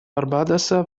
барбадоса